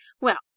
Well